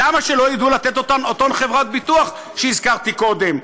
למה שלא ידעו לתת אותה חברות ביטוח שהזכרתי קודם?